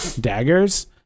daggers